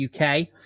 UK